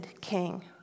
king